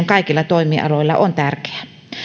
kaikilla toimialoilla on tärkeää